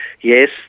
Yes